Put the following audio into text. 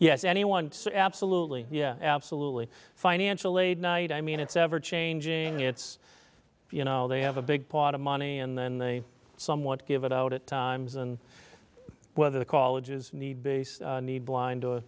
yes anyone absolutely yeah absolutely financial aid night i mean it's everchanging it's you know they have a big pot of money and then they somewhat give it out at times and whether the colleges need base need blind